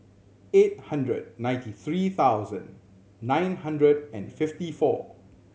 eight hundred ninety three thousand nine hundred and fifty four